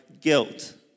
guilt